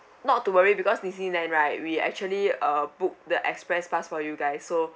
not to worry because disneyland right we actually uh book the express pass for you guys so